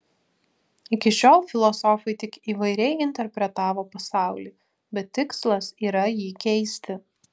iki šiol filosofai tik įvairiai interpretavo pasaulį bet tikslas yra jį keisti